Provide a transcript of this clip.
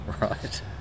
right